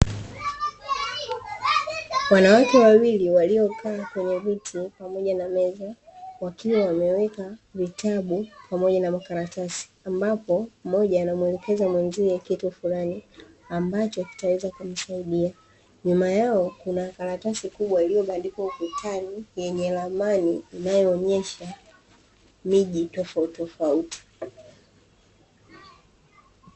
Wanawake wawili waliokaa kwenye viti pamoja na meza wakiwa wameweka vitabu pamoja na makaratasi ambapo moja na mwelekeza mwenziwe kitu fulani, ambacho kitaweza kumsaidia nyuma yao kuna karatasi kubwa iliyobandikwa ukutani yenye ramani inayoonyesha miji tofautitofauti.